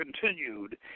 continued